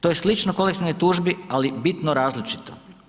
To je slično kolektivnoj tužbi, ali bitno različito.